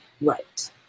right